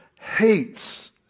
hates